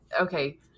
okay